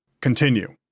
continue